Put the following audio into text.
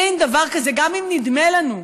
אין דבר כזה, גם אם נדמה לנו,